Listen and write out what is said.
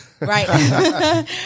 Right